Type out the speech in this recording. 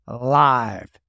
live